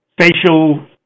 facial